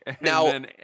Now